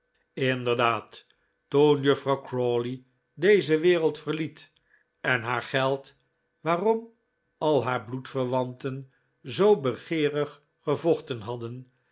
inderdaad toen juffrouw crawley deze wereld verliet en haar geld waarom al haar bloedverwanten zoo begeerig gevochten hadden